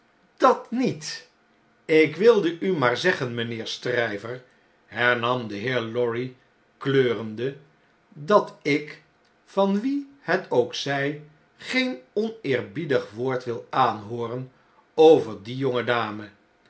dat niet ik wilde u maar zeggen mijnheer stryver hernam de heer lorry kleurende dat ik van wien het ook zjj geen oneerbiedig woord wil aanhooren over die